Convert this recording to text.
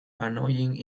annoying